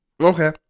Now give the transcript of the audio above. Okay